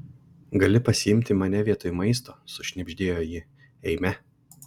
gali pasiimti mane vietoj maisto sušnibždėjo ji eime